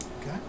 okay